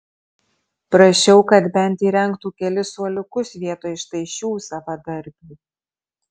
prašiau kad bent įrengtų kelis suoliukus vietoj štai šių savadarbių